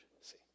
see